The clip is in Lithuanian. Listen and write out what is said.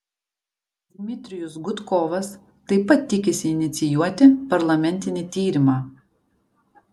dmitrijus gudkovas taip pat tikisi inicijuoti parlamentinį tyrimą